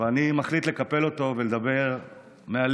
אבל אני מחליט לקפל אותו ולדבר מהלב,